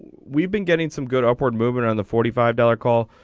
we've been getting some good upward move around the forty five dollar call.